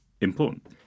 important